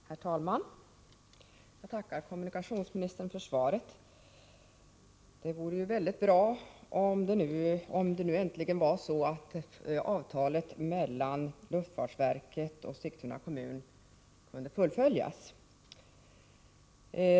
Herr talman! Jag tackar kommunikationsministern för svaret. Det vore mycket bra om avtalet mellan luftfartsverket och Sigtuna kommun nu äntligen kunde fullföljas.